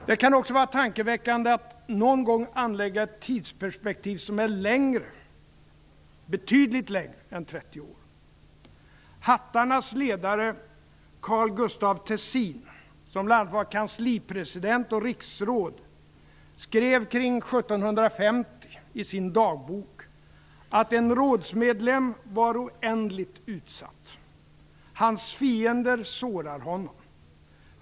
Det kan också vara tankeväckande att någon gång anlägga ett tidsperspektiv som är betydligt längre än var kanslipresident och riksråd, skrev omkring 1750 i sin dagbok att en rådsmedlem är oändligt utsatt. Hans fiender sårar honom.